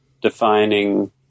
defining